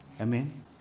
Amen